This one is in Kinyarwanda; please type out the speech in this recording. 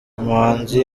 umuhanzi